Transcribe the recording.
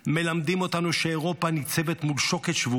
מלמדים אותנו שאירופה ניצבת מול שוקת שבורה.